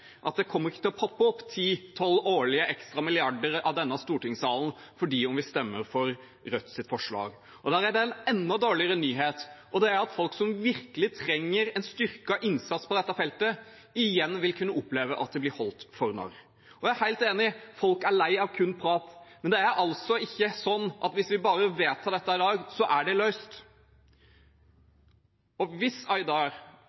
at det ikke kommer til å poppe opp 10–12 årlige ekstramilliarder fra denne stortingssalen fordi vi stemmer for Rødts forslag. Og da kommer en enda dårligere nyhet, og det er at folk som virkelig trenger en styrket innsats på dette feltet, igjen vil kunne oppleve at de blir holdt for narr. Jeg er helt enig: Folk er lei av kun prat. Men det er altså ikke sånn at hvis vi bare vedtar dette her i dag, så er det løst.